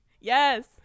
yes